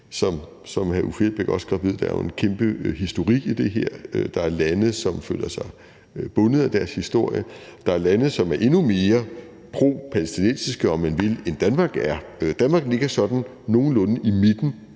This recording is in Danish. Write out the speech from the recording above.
som hr. Uffe Elbæk også godt ved, er der jo en kæmpe historik i det her. Der er lande, som føler sig bundet af deres historie. Der er lande, som er endnu mere propalæstinensiske, om man vil, end Danmark er. Danmark ligger sådan nogenlunde i midten